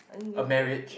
a marriage